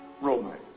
romance